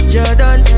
Jordan